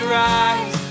rise